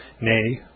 nay